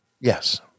Yes